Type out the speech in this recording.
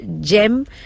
gem